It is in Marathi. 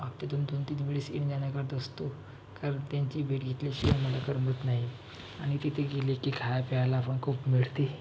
हप्त्यातून दोनतीन वेळेस येणंजाणं करत असतो कारण त्यांची भेट घेतल्याशिवाय मला करमत नाही आणि तिथे गेले की खायप्यालापण खूप मिळते